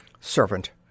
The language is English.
Servant